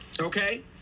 Okay